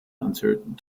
uncertain